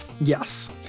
Yes